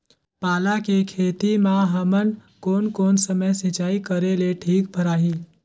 पाला के खेती मां हमन कोन कोन समय सिंचाई करेले ठीक भराही?